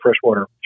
freshwater